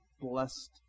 blessed